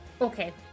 Okay